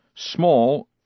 Small